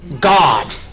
God